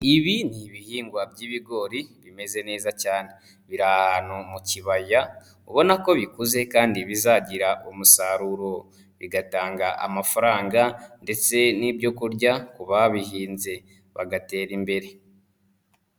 Ibi ni ibihingwa by'ibigori bimeze neza cyane, biri ahantu mu kibaya ubona ko bikuze kandi bizagira umusaruro bigatanga amafaranga ndetse n'ibyo kurya ku babihinze bagatera imbere.